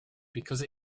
because